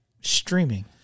streaming